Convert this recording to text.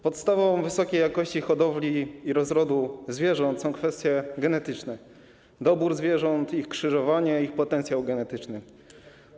Podstawą wysokiej jakości hodowli i rozrodu zwierząt są kwestie genetyczne: dobór zwierząt, ich krzyżowanie, ich potencjał genetyczny.